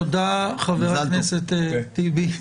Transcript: תודה, חבר הכנסת טיבי.